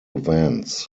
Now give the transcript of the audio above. vents